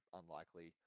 unlikely